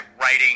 writing